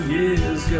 Years